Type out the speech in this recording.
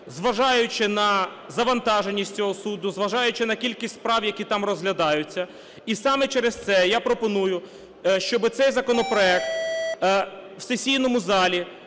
Зважаючи на завантаженість цього суду, зважаючи на кількість справ, які там розглядаються і саме через це я пропоную, щоб цей законопроект в сесійному залі